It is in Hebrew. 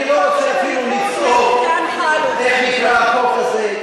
אני לא רוצה אפילו לצעוק איך נקרא החוק הזה.